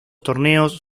torneos